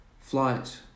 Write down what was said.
Flight